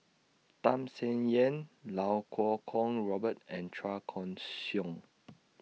Tham Sien Yen loud Kuo Kwong Robert and Chua Koon Siong